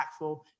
impactful